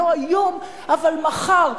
לא היום אבל מחר,